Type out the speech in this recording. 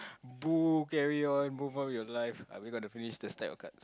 boo carry on move on your life are we going to finish the step or cut